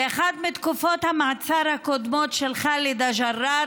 באחת מתקופות המעצר הקודמות של חאלדה ג'ראר